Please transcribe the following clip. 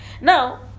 Now